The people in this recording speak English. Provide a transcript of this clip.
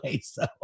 so-